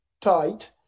tight